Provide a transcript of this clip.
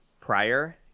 prior